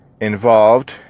involved